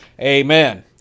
amen